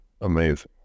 amazing